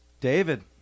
David